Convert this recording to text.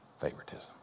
favoritism